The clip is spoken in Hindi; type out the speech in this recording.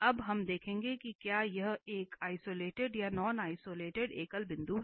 अब हम देखेंगे कि क्या यह एक आइसोलेटेड या नॉन आइसोलेटेड एकल बिंदु है